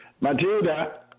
Matilda